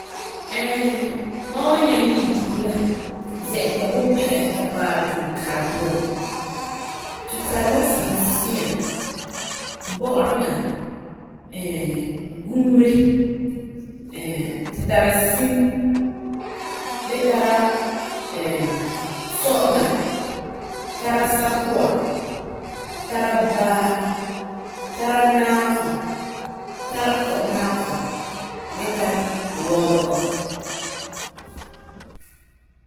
mam wan nyaŋɛ yi duhi la zɛ'ɛta bunpigisi ta paɛ dukara puan. Tu tari la sansia, bugereŋa, guure, tu tari sim gee tara sɔ'uŋa, tara sakua, tara baa, tara naafu, tara konaafo gee tara wɔbegɔ.